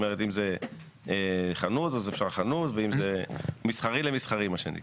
אם זו חנות אז חנות ואם מסחרי למסחרי.